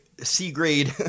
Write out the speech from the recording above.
C-grade